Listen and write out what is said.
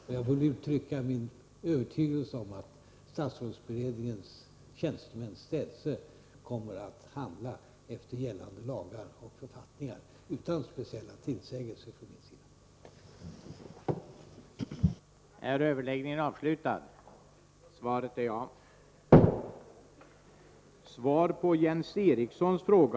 Och jag får väl uttrycka min övertygelse om att 25 maj 1984 statsrådsberedningens tjänstemän städse kommer att handla efter gällande lagar och författningar, utan speciella tillsägelser från min sida.